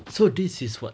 so this is what